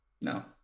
No